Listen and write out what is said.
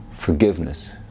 forgiveness